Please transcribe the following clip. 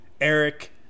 eric